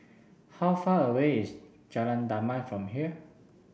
how far away is Jalan Damai from here